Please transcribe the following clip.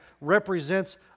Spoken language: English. represents